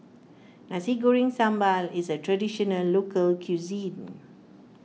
Nasi Goreng Sambal is a Traditional Local Cuisine